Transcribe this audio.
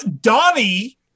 Donnie